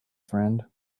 friend